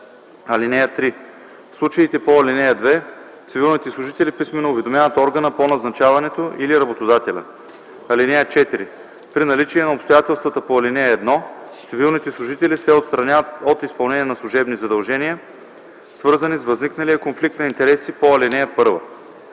(3) В случаите по ал. 2 цивилните служители писмено уведомяват органа по назначаването или работодателя. (4) При наличие на обстоятелствата по ал. 1 цивилните служители се отстраняват от изпълнение на служебни задължения, свързани с възникналия конфликт на интереси по ал. 1.